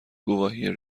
گواهی